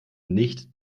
nicht